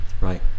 Right